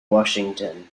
washington